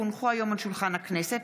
כי הונחו היום על שולחן הכנסת,